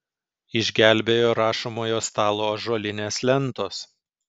išgelbėjo rašomojo stalo ąžuolinės lentos